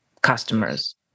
customers